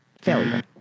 failure